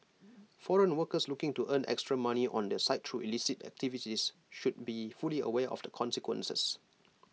foreign workers looking to earn extra money on the side through illicit activities should be fully aware of the consequences